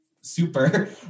super